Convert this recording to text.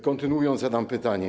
Kontynuując, zadam pytanie.